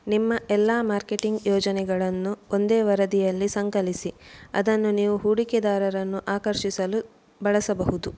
ನಿಮ್ಮ ಎಲ್ಲ ಮಾರ್ಕೆಟಿಂಗ್ ಯೋಜನೆಗಳನ್ನು ಒಂದೇ ವರದಿಯಲ್ಲಿ ಸಂಕಲಿಸಿ ಅದನ್ನು ನೀವು ಹೂಡಿಕೆದಾರರನ್ನು ಆಕರ್ಷಿಸಲು ಬಳಸಬಹುದು